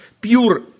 pure